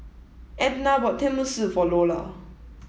Edna bought Tenmusu for Lola